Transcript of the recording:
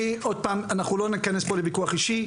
אנחנו לא ניכנס פה לוויכוח אישי.